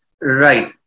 Right